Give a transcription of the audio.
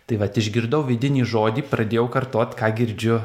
tai vat išgirdau vidinį žodį pradėjau kartot ką girdžiu